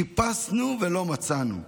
חיפשנו ולא מצאנו.